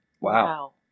Wow